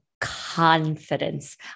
confidence